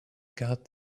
got